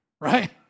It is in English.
right